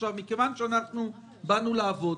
מכיוון שאנחנו באנו לעבוד